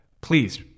please